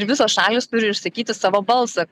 visos šalys turi išsakyti savo balsą